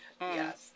Yes